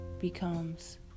becomes